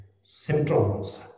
symptoms